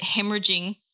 hemorrhaging